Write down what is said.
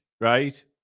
right